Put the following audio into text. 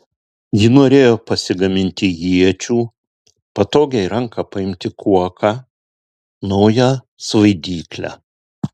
ji norėjo pasigaminti iečių patogią į ranką paimti kuoką naują svaidyklę